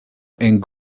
and